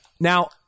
Now